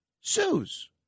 sues